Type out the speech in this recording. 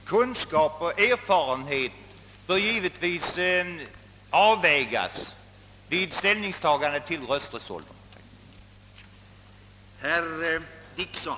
Herr talman! Frågan om kunskaper och erfarenhet bör givetvis avvägas när ställning tages till rösträttsåldern.